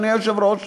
אדוני היושב-ראש.